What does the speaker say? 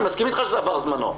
אני מסכים איתך שזה עבר זמנו,